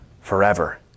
forever